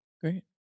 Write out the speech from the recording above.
Great